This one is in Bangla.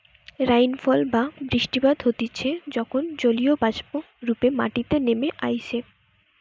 রাইনফল বা বৃষ্টিপাত হতিছে যখন জলীয়বাষ্প রূপে মাটিতে নেমে আইসে